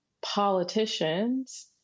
politicians